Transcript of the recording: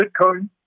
Bitcoin